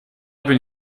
bin